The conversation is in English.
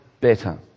better